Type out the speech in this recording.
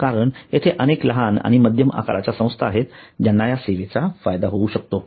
कारण येथे अनेक लहान आणि मध्यम आकाराच्या संस्था आहेत ज्यांना या सेवांचा फायदा होऊ शकतो